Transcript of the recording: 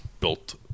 built